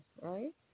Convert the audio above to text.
right